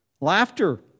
Laughter